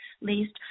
least